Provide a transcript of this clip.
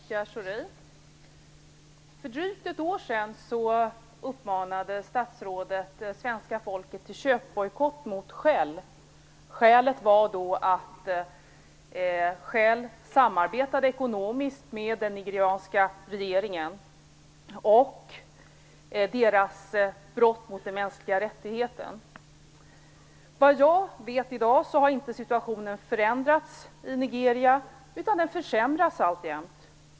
Fru talman! Jag har en fråga till statsådet Pierre För drygt ett år sedan uppmanade statsrådet svenska folket till köpbojkott mot Shell. Skälet var att Shell samarbetade ekonomiskt med den nigerianska regeringen, och att den begick brott mot mänskliga rättigheter. Såvitt jag vet i dag har situationen inte förändrats i Nigeria, utan den försämras alltjämt.